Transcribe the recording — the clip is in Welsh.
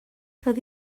roedd